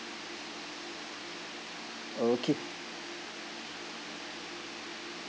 okay